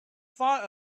far